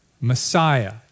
Messiah